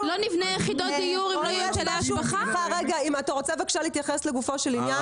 לא נבנה יחידות דיור אתה רוצה להתייחס לגופו של עניין?